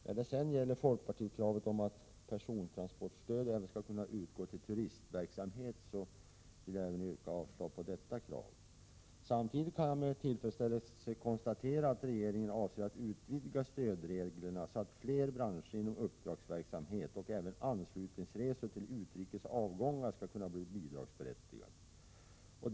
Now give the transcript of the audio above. När det sedan gäller folkpartikravet om att pensiontransportstöd även skulle kunna utgå till turistverksamhet vill jag yrka avslag på detta krav. Samtidigt kan jag med tillfredsställelse konstatera att regeringen avser att utvidga stödreglerna så att fler branscher inom uppdragsverksamhet och även anslutningsresor till utrikes avgångar skall kunna bli bidragsberättigade.